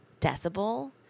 decibel